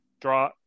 draw